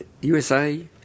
USA